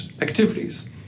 activities